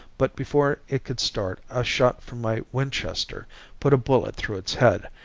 but before it could start a shot from my winchester put a bullet through its head,